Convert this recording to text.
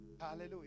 Hallelujah